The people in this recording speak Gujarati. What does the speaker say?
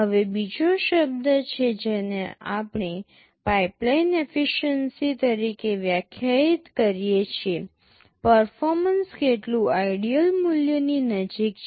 હવે બીજો એક શબ્દ છે જેને આપણે પાઇપલાઇન એફીશ્યન્સી તરીકે વ્યાખ્યાયિત કરીએ છીએ પર્ફોમન્સ કેટલું આઇડિયલ મૂલ્યની નજીક છે